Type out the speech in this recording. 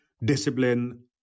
Discipline